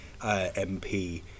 MP